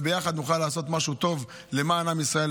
וביחד נוכל לעשות משהו טוב למען עם ישראל,